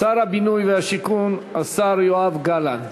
שר הבינוי, השר יואב גלנט.